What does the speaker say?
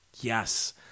yes